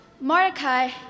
Mordecai